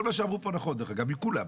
כל מה שאמרו פה נכון דרך אגב, מכולם,